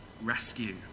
rescue